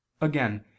again